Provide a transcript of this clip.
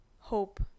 hope